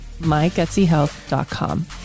mygutsyhealth.com